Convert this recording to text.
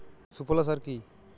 সুফলা সার কি?